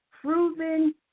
proven